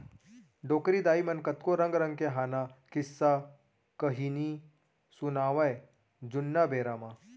डोकरी दाइ मन कतको रंग रंग के हाना, किस्सा, कहिनी सुनावयँ जुन्ना बेरा म